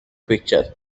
picture